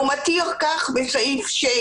והוא מתיר כך בסעיף 6: